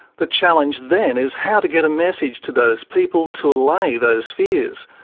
the challenge then is how to get a message to those people to allay those fears.